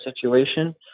situation